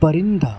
پرندہ